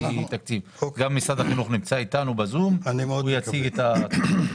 גם משרד החינוך נמצא אתנו ב-זום והוא יציג את התכנית שלו.